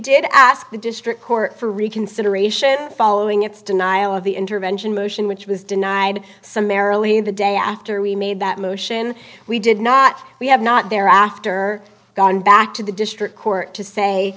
did ask the district court for reconsideration following its denial of the intervention motion which was denied summarily the day after we made that motion we did not we have not thereafter gone back to the district court to say